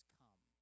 come